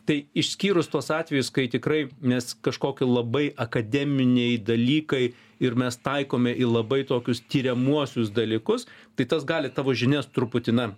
tai išskyrus tuos atvejus kai tikrai nes kažkoki labai akademiniai dalykai ir mes taikome į labai tokius tiriamuosius dalykus tai tas gali tavo žinias truputį na